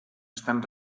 están